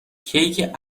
کیک